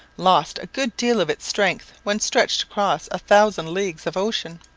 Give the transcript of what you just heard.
lost a good deal of its strength when stretched across a thousand leagues of ocean.